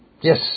Yes